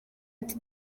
ati